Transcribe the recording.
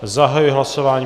Zahajuji hlasování.